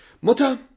Mutter